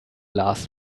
last